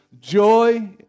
joy